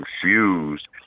confused